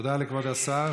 תודה לכבוד השר.